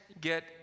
get